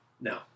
No